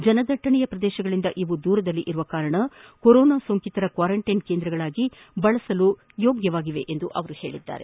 ಜನದಟ್ಟಣೆಯ ಪ್ರದೇಶಗಳಿಂದ ಇವು ದೂರದಲ್ಲಿರುವ ಕಾರಣ ಕೊರೊನಾ ಸೋಂಕಿತರ ಕ್ವಾರಂಟೈನ್ ಕೇಂದ್ರಗಳಾಗಿ ಬಳಸಬಹುದಾಗಿದೆ ಎಂದು ಅವರು ತಿಳಿಸಿದ್ದಾರೆ